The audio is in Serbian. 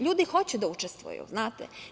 Ljudi hoće da učestvuju, znate.